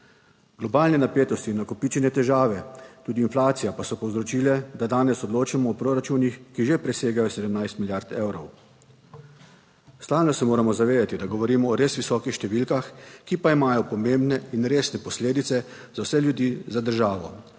Globalne napetosti in nakopičene težave, tudi inflacija, pa so povzročile, **20. TRAK: (VP) 10.35** (nadaljevanje) da danes odločamo o proračunih, ki že presegajo 17 milijard evrov. Stalno se moramo zavedati, da govorimo o res visokih številkah, ki pa imajo pomembne in resne posledice za vse ljudi, za državo,